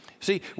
See